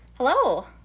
Hello